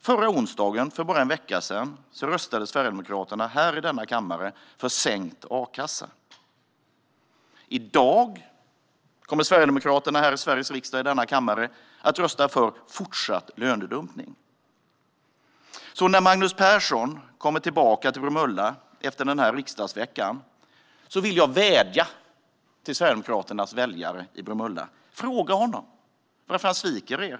Förra onsdagen, det vill säga för bara en vecka sedan, röstade Sverigedemokraterna här i denna kammare för sänkt a-kassa. I dag kommer Sverigedemokraterna i Sveriges riksdag - i denna kammare - att rösta för fortsatt lönedumpning. Jag vill därför vädja till Sverigedemokraternas väljare i Bromölla: När Magnus Persson kommer tillbaka till Bromölla efter den här riksdagsveckan, fråga honom varför han sviker er!